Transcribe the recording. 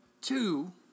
two